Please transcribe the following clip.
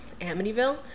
Amityville